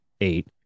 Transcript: eight